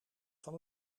van